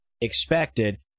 expected